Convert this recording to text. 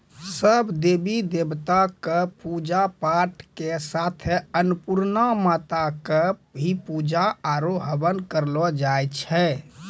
सब देवी देवता कॅ पुजा पाठ के साथे अन्नपुर्णा माता कॅ भी पुजा आरो हवन करलो जाय छै